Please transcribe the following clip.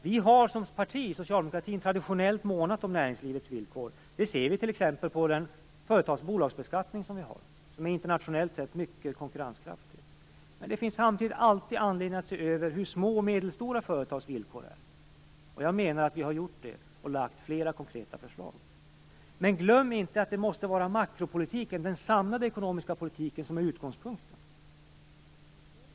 Vi socialdemokrater har som parti traditionellt månat om näringslivets villkor. Det ser vi t.ex. på den företags och bolagsbeskattning vi har, som internationellt sett är mycket konkurrenskraftig. Men det finns samtidigt alltid anledning att se över hur små och medelstora företags villkor är. Jag menar att vi har gjort det och lagt fram flera konkreta förslag. Men glöm inte att det måste vara makropolitiken, den samlade ekonomiska politiken, som är utgångspunkten!